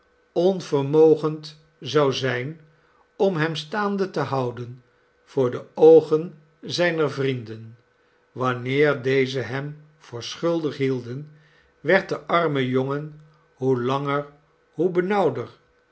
onvermogend zou zijn om hem staande te houden voor de oogen zijner vrienden wanneer deze hem voor schuldig hielden werd de arme jongen hoe langer hoe benauwder